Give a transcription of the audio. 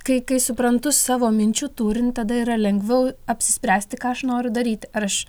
kai kai suprantu savo minčių turinį tada yra lengviau apsispręsti ką aš noriu daryti ar aš